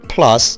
Plus